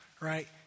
Right